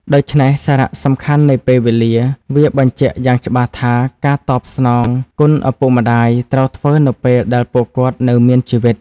ដូច្នេះសារៈសំខាន់នៃពេលវេលា វាបញ្ជាក់យ៉ាងច្បាស់ថា ការតបស្នងគុណឪពុកម្តាយត្រូវធ្វើនៅពេលដែលពួកគាត់នៅមានជីវិត។